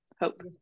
hope